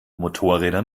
motorräder